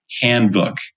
handbook